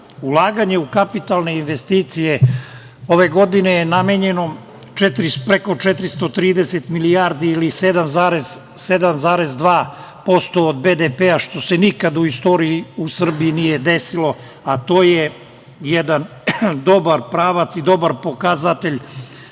danas. Ulaganje u kapitalne investicije za ovu godinu je namenjeno preko 430 milijardi ili 7,2% od BDP što se nikad u istoriji u Srbiji nije desilo, a to je jedan dobar pravac i dobar pokazatelj